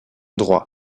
droit